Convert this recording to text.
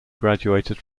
graduated